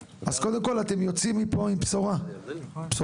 כול, אתם יוצאים מפה עם בשורה משמעותית.